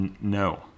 No